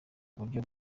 buryo